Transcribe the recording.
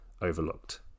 overlooked